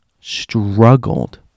struggled